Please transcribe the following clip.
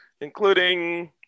including